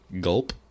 gulp